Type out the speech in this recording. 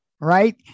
right